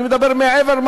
אני מדבר מעבר,